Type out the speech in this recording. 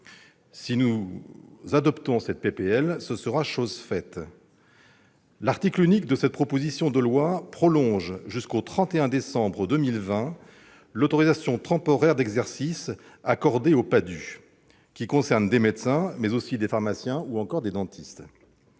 Si nous adoptons cette proposition de loi, ce sera chose faite. L'article unique de cette proposition de loi prolonge jusqu'au 31 décembre 2020 l'autorisation temporaire d'exercice accordée aux PADHUE, qui concerne des médecins, mais aussi des pharmaciens ou des dentistes.